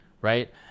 right